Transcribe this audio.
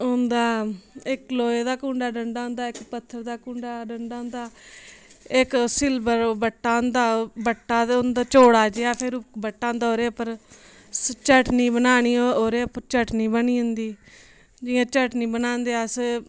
होंदा इक लोहे दा कूंडा डंडा होंदा इक पत्थर दा कूंडा डंडा होंदा इक सिलबर बट्टा होंदा ओह् बड्डा होंदा ओह् चौड़ा जेहा बट्टा फिर ओह्दे उप्पर चटनी बनानी होऐ ओहदे उप्पर चटनी बनी जंदी जियां चटनी बनांदे अस